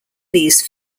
these